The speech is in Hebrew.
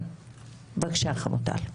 בבקשה, חמוטל.